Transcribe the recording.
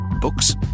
Books